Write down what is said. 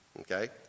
Okay